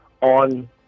on